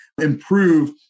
improve